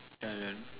Thailand